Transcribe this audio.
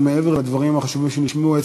ומעבר לדברים החשובים שנשמעו,